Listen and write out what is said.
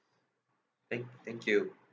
thank thank you